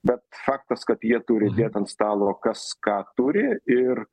bet faktas kad jie turi dėt ant stalo kas ką turi ir